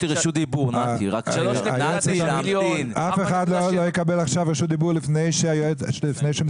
אף אחד לא יקבל עכשיו רשות דיבור לפני שמשרד